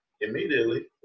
Immediately